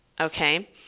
Okay